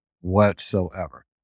whatsoever